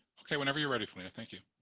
ok, whenever you're ready, felina. thank you.